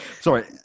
Sorry